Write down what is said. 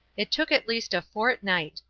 it took at least a fortnight,